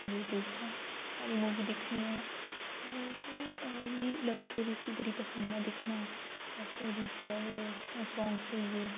YouTube च सारी movie दिक्खनी आं मिगी लव स्टोरीज बी बड़ी पसन्द ऐ दिक्खना लव स्टोरीज लव सांग्स होइये